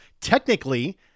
technically